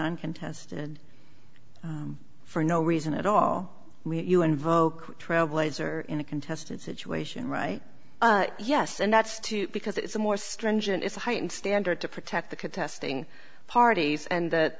one contested for no reason at all you invoke trailblazer in a contested situation right yes and that's too because it's a more stringent it's a heightened standard to protect the contesting parties and